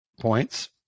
points